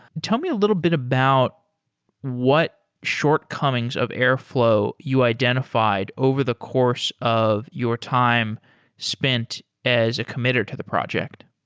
tell me a little bit about what shortcomings of airflow you identified over the course of your time spent as a committer to the project.